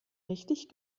richtig